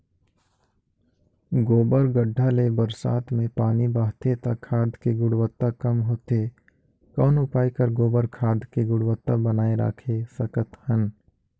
गोबर गढ्ढा ले बरसात मे पानी बहथे त खाद के गुणवत्ता कम होथे कौन उपाय कर गोबर खाद के गुणवत्ता बनाय राखे सकत हन?